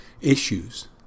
issues